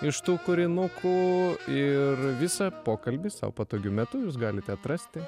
iš tų kūrinukų ir visą pokalbį sau patogiu metu jūs galit atrasti